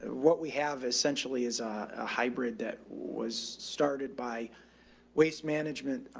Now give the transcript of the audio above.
what we have essentially is a hybrid that was started by waste management.